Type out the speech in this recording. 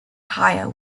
hire